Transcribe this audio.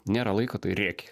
nėra laiko tai rėki